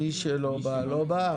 מי שלא בא, לא בא.